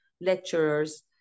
lecturers